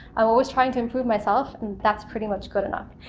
i was trying to improve myself and that's pretty much good enough,